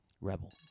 Rebel